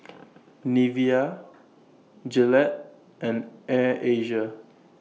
Nivea Gillette and Air Asia